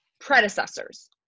predecessors